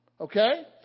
Okay